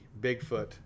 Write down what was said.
Bigfoot